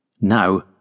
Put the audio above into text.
Now